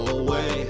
away